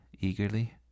eagerly